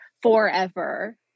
forever